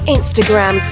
Instagram